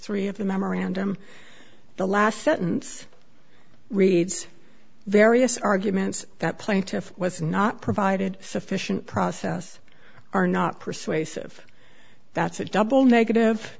three of the memorandum the last sentence reads various arguments that plaintiff was not provided sufficient process are not persuasive that's a double negative